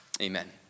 Amen